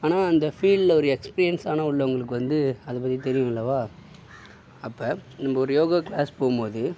ஆனால் அந்த ஃபீல்ட்டில் ஒரு எக்ஸ்பீரியன்ஸ்ஸானாக உள்ளவங்களுக்கு வந்து அதை பற்றி தெரியும் அல்லவா அப்போ நம்ம ஒரு யோகா க்ளாஸ் போவும் போது